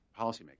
policymakers